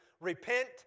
Repent